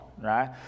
right